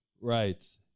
Right